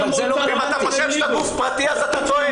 ואם אתה חושב שאתה גוף פרטי אז אתה טועה.